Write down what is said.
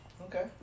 Okay